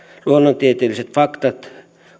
luonnontieteelliset faktat